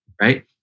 right